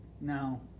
Now